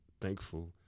thankful